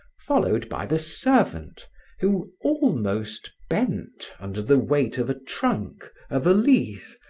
followed by the servant who almost bent under the weight of a trunk, a valise,